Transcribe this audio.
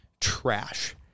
trash